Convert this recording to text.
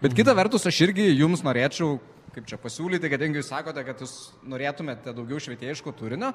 bet kita vertus aš irgi jums norėčiau kaip čia pasiūlyti kadangi jūs sakote kad jūs norėtumėte daugiau švietėjiško turinio